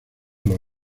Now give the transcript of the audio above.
los